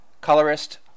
Colorist